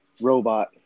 robot